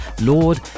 Lord